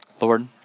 Lord